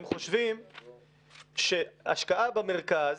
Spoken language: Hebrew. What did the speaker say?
הם חושבים שהשקעה במרכז